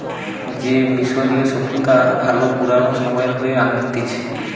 সে মিশরীয় সভ্যতা আর আরো পুরানো সময়ে হয়ে আনতিছে